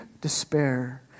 despair